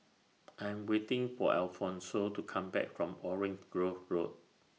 I'm waiting For Alfonso to Come Back from Orange Grove Road